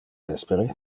vespere